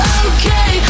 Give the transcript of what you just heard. okay